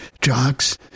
jocks